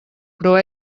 però